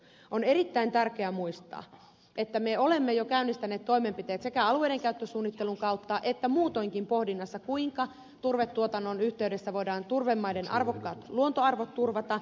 on erittäin tärkeää muistaa että me olemme jo käynnistäneet toimenpiteet alueidenkäyttösuunnittelun kautta ja muutoinkin on pohdinnassa kuinka turvetuotannon yhteydessä voidaan turvemaiden arvokkaat luontoarvot turvata